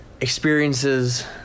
experiences